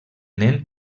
nen